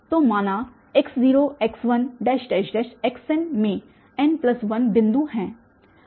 तो माना x0x1xn मे n 1 बिन्दु हैं